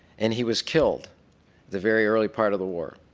and he was killed the very early part of the war.